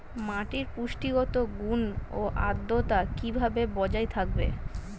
মাটির পুষ্টিগত গুণ ও আদ্রতা কিভাবে বজায় থাকবে?